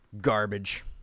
Garbage